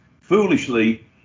foolishly